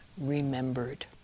remembered